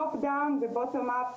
מלמעלה למטה,